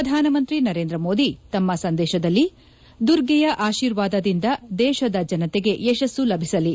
ಪ್ರಧಾನಮಂತ್ರಿ ನರೇಂದ್ರ ಮೋದಿ ತಮ್ಮ ಸಂದೇಶದಲ್ಲಿ ದುರ್ಗೆಯ ಆಶೀರ್ವಾದದಿಂದ ದೇಶದ ಜನತೆಗೆ ಯಶಸ್ಸು ಲಭಿಸಲಿ